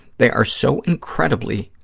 they are so incredibly,